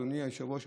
אדוני היושב-ראש,